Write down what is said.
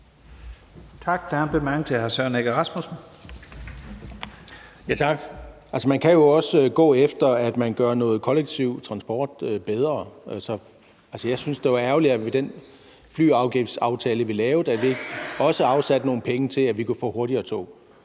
Man kan jo også gå efter, at man gør noget kollektiv transport bedre. Jeg synes, det er ærgerligt, at vi med den flyafgiftsaftale, vi lavede, ikke også afsatte nogle penge til, at vi kunne få hurtigere tog